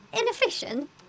inefficient